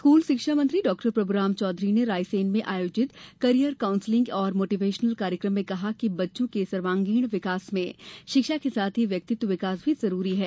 school शिक्षा मंत्री Dr Prabhuram Chaudhary Raisen में आयोजित केरियर काउंसलिंग एवं मोटीवेशनल कार्यक्रम मे कहा कि बच्चों के सर्वागीण विकास में शिक्षा के साथ ही व्यक्तित्व विकास भी जरूरी है